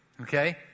Okay